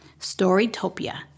Storytopia